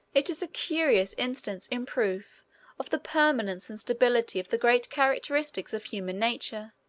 it is a curious instance in proof of the permanence and stability of the great characteristics of human nature,